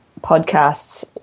podcasts